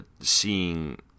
seeing